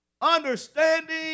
Understanding